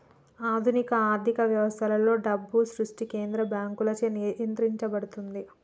ఆధునిక ఆర్థిక వ్యవస్థలలో, డబ్బు సృష్టి కేంద్ర బ్యాంకులచే నియంత్రించబడుతుంది